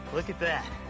look at that.